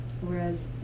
Whereas